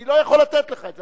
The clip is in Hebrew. אני לא יכול לתת לך את זה.